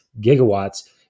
gigawatts